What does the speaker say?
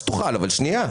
שנייה.